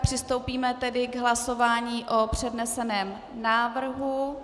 Přistoupíme tedy k hlasování o předneseném návrhu.